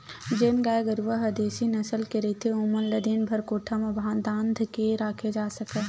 जेन गाय गरूवा ह देसी नसल के रहिथे ओमन ल दिनभर कोठा म धांध के नइ राखे जा सकय